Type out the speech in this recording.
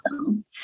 awesome